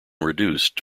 reduced